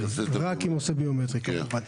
רק אם הוא עשה ביומטרי כמובן.